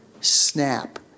snap